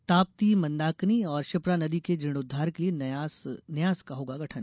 ताप्ती मंदाकिनी और क्षिप्रा नदी के जीर्णोद्वार के लिए न्यास का होगा गठन